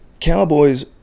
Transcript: Cowboys